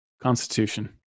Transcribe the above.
Constitution